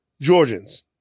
Georgians